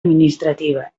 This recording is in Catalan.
administrativa